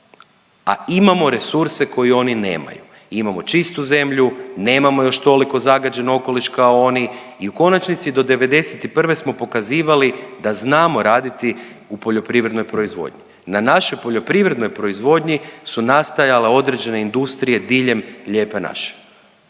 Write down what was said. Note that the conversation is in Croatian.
a imamo resurse koje oni nemaju. Imamo čistu zemlju, nemamo još toliko zagađen okoliš kao oni i u konačnici do '91. smo pokazivali da znamo raditi u poljoprivrednoj proizvodnji. Na našoj poljoprivrednoj proizvodnji su nastajale određene industrije diljem Lijepe naše.